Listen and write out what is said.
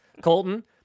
Colton